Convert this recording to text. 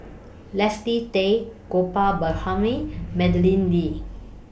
Leslie Tay Gopal Madeleine Lee